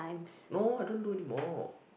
no I don't do anymore